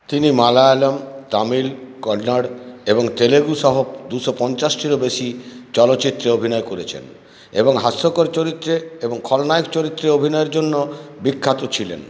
তিনি মালয়ালম তামিল কন্নড় এবং তেলেগু সহ দুশো পঞ্চাশ টিরও বেশি চলচ্চিত্রে অভিনয় করেছেন এবং হাস্যকর চরিত্রে এবং খলনায়ক চরিত্রে অভিনয়ের জন্য বিখ্যাত ছিলেন